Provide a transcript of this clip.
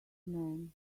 man